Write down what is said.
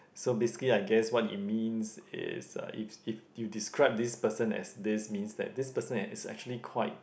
so basically I guess what it means is uh if if you describe this person as this means that this person is actually quite